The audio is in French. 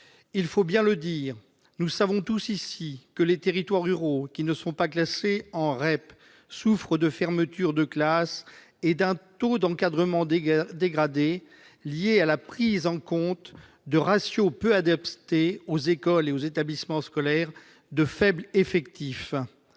Il faut bien en parler : nous savons tous ici que les territoires ruraux, qui ne sont pas classés en REP, souffrent de la fermeture de classes et d'un taux d'encadrement dégradé, parce que l'on prend en compte des ratios peu adaptés aux écoles et établissements scolaires avec de faibles effectifs.